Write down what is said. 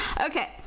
Okay